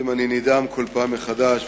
אני נדהם כל פעם מחדש,